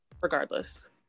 Regardless